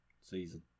season